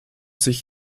sich